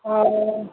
हँ